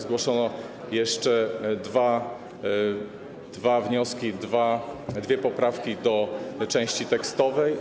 Zgłoszono jeszcze dwa wnioski, dwie poprawki do części tekstowej.